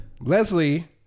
Leslie